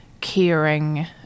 caring